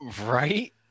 Right